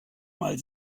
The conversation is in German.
mal